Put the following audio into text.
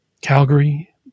Calgary